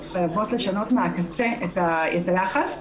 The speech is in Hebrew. אז חייבות לשנות מהקצה את היחס.